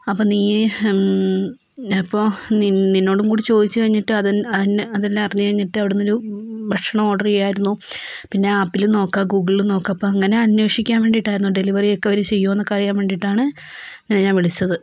അപ്പോൾ നീ അപ്പോൾ നിന്നോടും കൂടി ചോദിച്ച് കഴിഞ്ഞിട്ട് അതെല്ലാം അറിഞ്ഞ് കഴിഞ്ഞിട്ട് അവിടുന്നൊരു ഭക്ഷണം ഓർഡർ ചെയ്യാമായിരുന്നു പിന്നെ ആപ്പിലും നോക്കാം ഗൂഗിളിലും നോക്കാം അപ്പോൾ അങ്ങനെ അന്വേഷിക്കാൻ വേണ്ടിയിട്ടായിരുന്നു ഡെലിവറിയൊക്കെ അവർ ചെയ്യുമോ എന്നൊക്കെ അറിയാൻ വേണ്ടിയിട്ടാണ് ഞാൻ വിളിച്ചത്